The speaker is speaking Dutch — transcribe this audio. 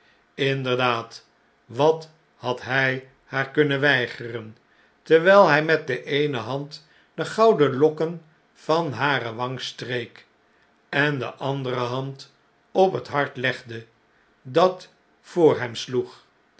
inderdaad wat had hy haar kunnen weigeren terwijl hg met de eene hand de gouden lokken van hare wang streek en de andere hand op het hart legde dat voor hem